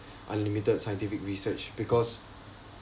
unlimited scientific research because